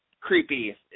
creepy